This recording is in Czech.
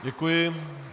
Děkuji.